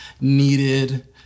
needed